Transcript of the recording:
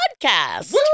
Podcast